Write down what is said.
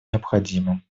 необходимым